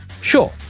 Sure